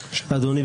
אדוני,